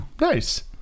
Nice